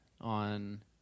on